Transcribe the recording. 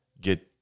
get